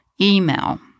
email